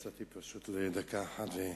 יצאתי פשוט לדקה אחת.